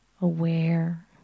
aware